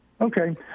Okay